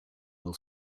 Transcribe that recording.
will